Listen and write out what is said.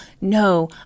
No